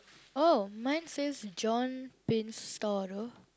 oh mine says John pin store though